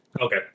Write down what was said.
Okay